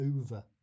over